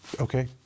Okay